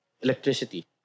electricity